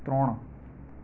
ત્રણ